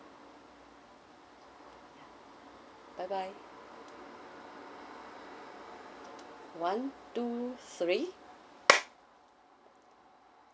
bye bye one two three